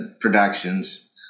productions